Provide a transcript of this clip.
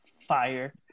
Fire